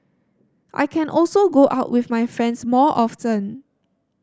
I can also go out with my friends more often